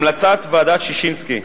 המלצת ועדת-ששינסקי,